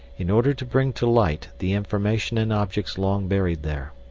in order to bring to light the information and objects long buried there.